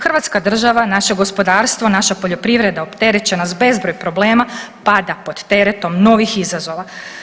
Hrvatska država naše gospodarstvo, naša poljoprivreda opterećena s bezbroj problema pada pod teretom novih izazova.